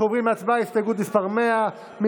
אנחנו עוברים להצבעה על הסתייגות מס' 99. חברי הכנסת,